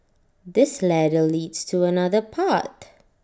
this ladder leads to another path